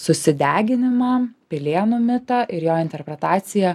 susideginimą pilėnų mitą ir jo interpretaciją